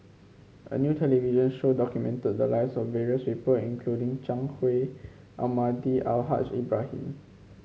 a new television show documented the lives of various people including Zhang Hui Almahdi Al Haj Ibrahim